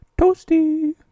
Toasty